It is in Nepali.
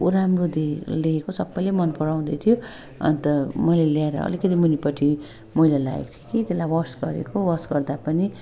कस्तो राम्रो धे लेखेको सबैले मन पराउँदै थियो अन्त मैले ल्याएर अलिकति मुनिपट्टि मैला लागेको थियो कि त्यसलाई वास गरेको वास गर्दा पनि